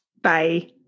Bye